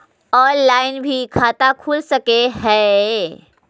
Online भी खाता खूल सके हय?